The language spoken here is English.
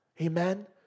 Amen